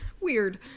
Weird